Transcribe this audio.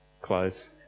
close